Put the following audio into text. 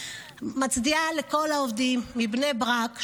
מצדיעה לכל העובדים מבני ברק,